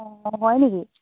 অঁ হয় নেকি